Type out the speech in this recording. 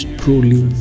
truly